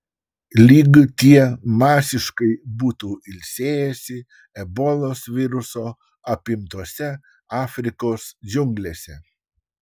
lyg tie masiškai būtų ilsėjęsi ebolos viruso apimtose afrikos džiunglėse